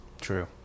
true